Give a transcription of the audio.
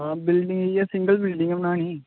हां बिल्डिंग इ'यै single building गै बनानी